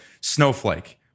Snowflake